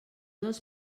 dels